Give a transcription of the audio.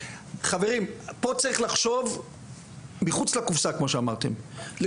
פה צריך לחשוב מחוץ לקופסא כמו שאמרתם,